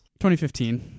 2015